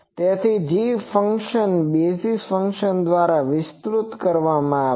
તેથી g function basis function દ્વારા વિસ્તૃત કરવામાં આવે છે